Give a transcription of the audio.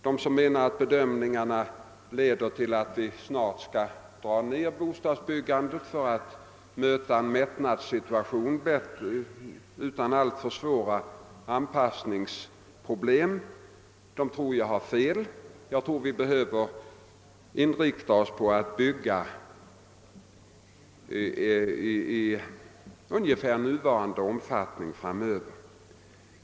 De som menar att bedömningarna leder till att vi snart skall dra ned bostadsbyggandet till en lägre nivå för att möta en mättnadssituation utan alltför svåra anpassningsproblem har fel. Jag tror att vi behöver inrikta oss på att bygga i ungefär nuvarande omfattning framöver.